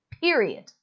Period